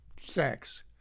sex